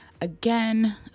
Again